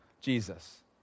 Jesus